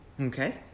Okay